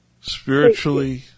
spiritually